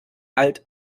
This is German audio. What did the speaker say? alt